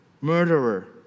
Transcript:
murderer